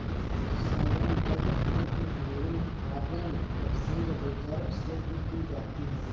sovereign wealth fund की funding foreign exchange reserves से भी की जाती है